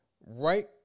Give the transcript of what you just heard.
right